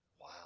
Wow